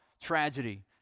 tragedy